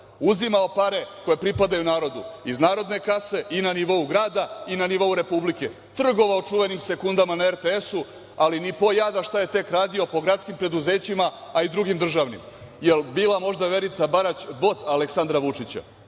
uzimao pare koje pripadaju narodu iz narodne kase i na nivou grada i na nivou Republike. Trgovao čuvenim sekundama na RTS-u, ali ni po jada šta je tek radio po gradskim preduzećima, a i drugim državnim. Jel bila možda Verica Barać bot Aleksandra Vučića